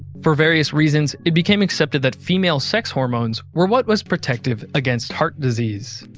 for various reasons it became accepted that female sex hormones were what was protective against heart disease.